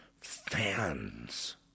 fans